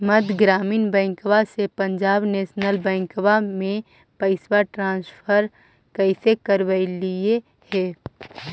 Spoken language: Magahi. मध्य ग्रामीण बैंकवा से पंजाब नेशनल बैंकवा मे पैसवा ट्रांसफर कैसे करवैलीऐ हे?